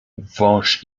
wąż